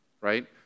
right